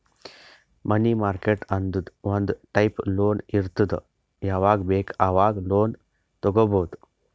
ಮನಿ market ಅಂದುರ್ ಒಂದ್ type loan ಇರ್ತುದ್ ಯಾವಾಗ್ ಬೇಕ್ ಆವಾಗ್ ಲೋನ್ ತಗೊಬೋದ್